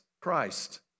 Christ